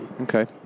Okay